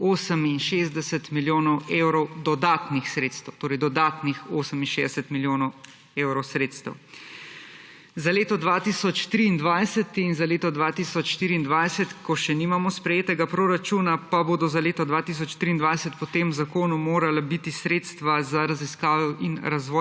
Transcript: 68 milijonov evrov dodatnih sredstev, torej dodatnih 68 milijonov evrov sredstev. Za leto 2023 in za leto 2024, ko še nimamo sprejetega proračuna, pa bodo za leto 2023 po tem zakonu morala biti sredstva za raziskave in razvoj